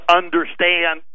understand